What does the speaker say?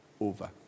over